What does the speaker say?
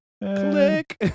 click